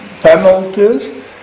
penalties